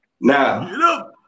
Now